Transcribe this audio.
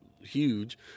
huge